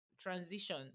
transition